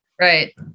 Right